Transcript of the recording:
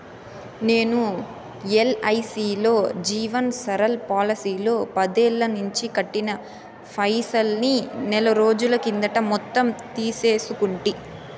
నేను ఎల్ఐసీలో జీవన్ సరల్ పోలసీలో పదేల్లనించి కట్టిన పైసల్ని నెలరోజుల కిందట మొత్తం తీసేసుకుంటి